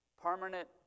Permanent